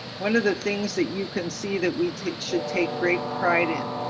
one of the things that you can see that we take should take great pride in.